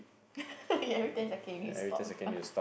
you every ten second you need to stop